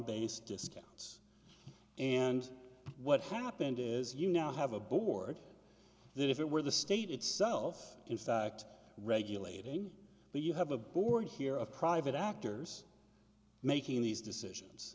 based discounts and what happened is you now have a board that if it were the state itself in fact regulating but you have a board here of private actors making these decisions